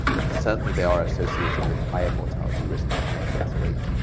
but certainly they are associated with higher mortality risk and higher cancer rates.